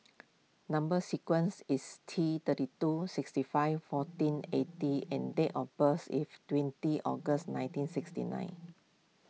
Number Sequence is T thirty two sixty five fourteen eighty and date of birth is twenty August nineteen sixty nine